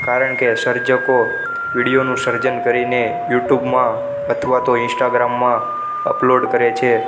કારણ કે સર્જકો વિડીઓનું સર્જન કરીને યુટ્યુબમાં અથવા તો ઇન્સ્ટાગ્રામમાં અપલોડ કરે છે